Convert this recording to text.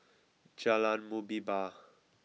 Jalan Muhibbah